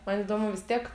man įdomu vis tiek